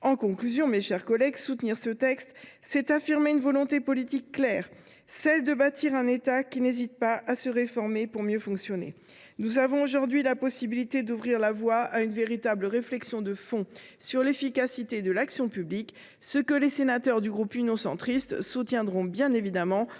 En conclusion, mes chers collègues, soutenir ce texte, c’est affirmer une volonté politique claire : celle de bâtir un État qui n’hésite pas à se réformer pour mieux fonctionner. Nous avons aujourd’hui la possibilité d’ouvrir la voie à une véritable réflexion de fond sur l’efficacité de l’action publique. Les sénateurs du groupe Union Centriste soutiendront, bien évidemment,